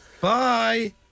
Bye